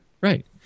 Right